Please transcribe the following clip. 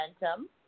momentum